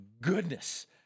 goodness